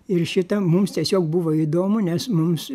ir šita mums tiesiog buvo įdomu nes mums